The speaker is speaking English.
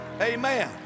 Amen